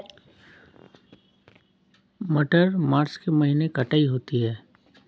मटर मार्च के महीने कटाई होती है?